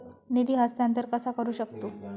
निधी हस्तांतर कसा करू शकतू?